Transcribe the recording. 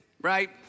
right